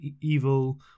evil